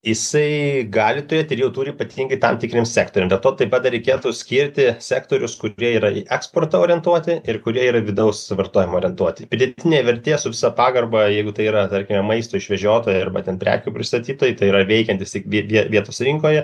jisai gali turėt ir jau turi įpatingai tam tikriems sektoriam dėl to taip pat dar reikėtu skirti sektorius kurie yra į eksportą orientuoti ir kurie yra vidaus vartojimo orientuoti pridėtinė vertė su visa pagarba jeigu tai yra tarkime maisto išvežiotojai arba ten prekių pristatytojai tai yra veikiantys tik vie vietos rinkoje